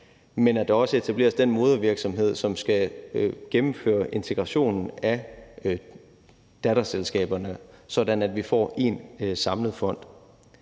Men der etableres også den modervirksomhed, som skal gennemføre integrationen af datterselskaberne, sådan at vi får én samlet fond.